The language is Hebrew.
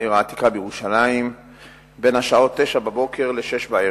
העיר העתיקה בירושלים בין השעות 09:00 ל-18:00.